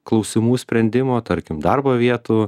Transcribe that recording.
klausimų sprendimo tarkim darbo vietų